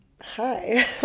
hi